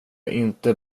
inte